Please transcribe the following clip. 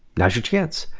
now's your chance.